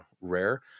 rare